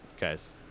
guys